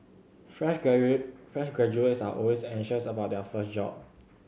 fresh fresh graduates are always anxious about their first job